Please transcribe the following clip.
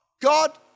God